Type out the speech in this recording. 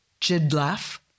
Jidlaf